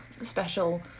special